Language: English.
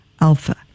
Alpha